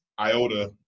iota